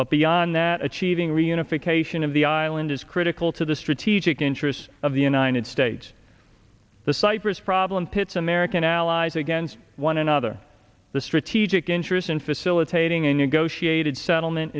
but beyond that achieving reunification of the island is critical to the strategic interests of the united states the cyprus problem pits american allies against one another the strategic interest in facilitating a negotiate good settlement